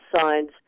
sides